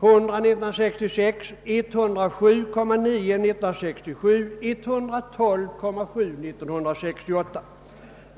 100 år 1966, 107,9 1967 och 112,7 1968.